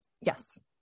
Yes